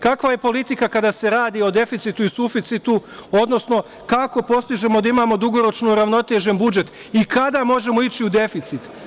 Kakva je politika kada se radi o deficitu i suficitu, odnosno kako postižemo da imamo dugoročno uravnotežen budžet i kada možemo ići u deficit?